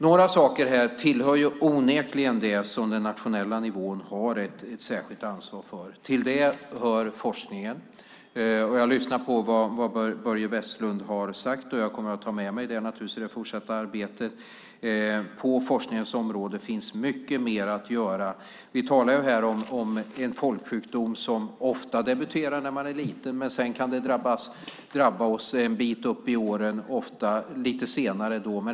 Några saker här hör onekligen till det som den nationella nivån har ett särskilt ansvar för. Till det hör forskningen. Jag lyssnar på det Börje Vestlund har sagt, och jag kommer att ta med mig det i det fortsatta arbetet. Det finns mycket mer att göra på forskningens område. Vi talar här om en folksjukdom som ofta debuterar när man är liten men som också kan drabba oss lite senare en bit upp i åren.